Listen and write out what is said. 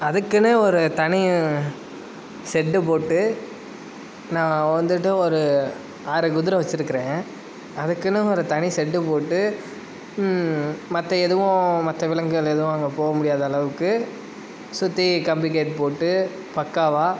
அதுக்குன்னு ஒரு தனி செட்டு போட்டு நான் வந்துட்டு ஒரு ஆறு குதிரை வச்சுருக்குறேன் அதுக்குன்னு ஒரு தனி செட்டு போட்டு மற்ற எதுவும் மற்ற விலங்குகள் எதுவும் அங்கே போக முடியாத அளவுக்கு சுற்றி கம்பி கேட் போட்டு பக்காவாக